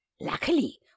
Luckily